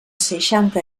seixanta